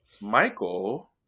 Michael